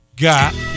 Got